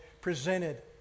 presented